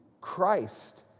Christ